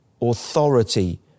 authority